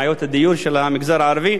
בעיות הדיור של המגזר הערבי.